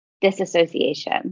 Disassociation